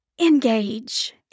engage